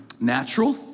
natural